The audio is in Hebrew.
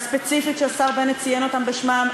וספציפית על אלה שהשר בנט ציין אותם בשמם,